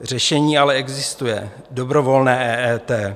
Řešení ale existuje dobrovolné EET.